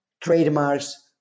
trademarks